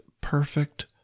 perfect